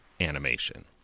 animation